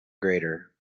greater